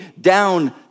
down